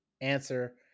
answer